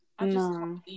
No